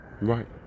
Right